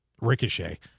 Ricochet